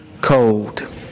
cold